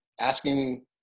asking